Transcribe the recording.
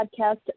podcast